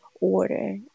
order